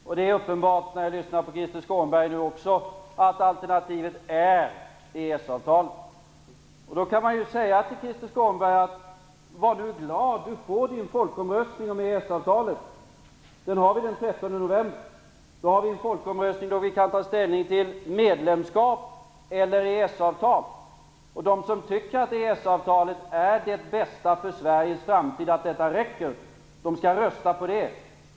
Efter att ha lyssnat också på Krister Skånberg är det uppenbart att alternativet är EES-avtalet. Då kan man säga till Krister Skånberg: Var glad, du får din folkomröstning om EES-avtalet. Den har vi den 13 november och då kan vi ta ställning till medlemskap eller EES-avtal. De som tycker att EES-avtalet är det bästa för Sveriges framtid och att detta räcker, skall rösta på det.